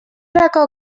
racó